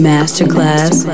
Masterclass